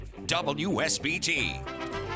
WSBT